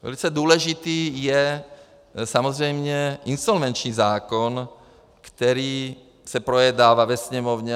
Velice důležitý je samozřejmě insolvenční zákon, který se projednával ve Sněmovně.